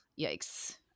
Yikes